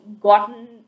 gotten